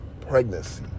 Pregnancy